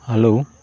hello